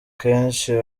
kenshi